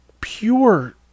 pure